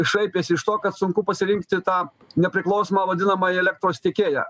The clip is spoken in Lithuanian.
šaipėsi iš to kad sunku pasirinkti tą nepriklausomą vadinamąją elektros tiekėją